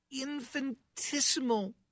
infinitesimal